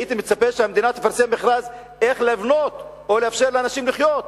הייתי מצפה שהמדינה תפרסם מכרז איך לבנות או לאפשר לאנשים לחיות,